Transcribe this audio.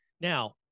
Now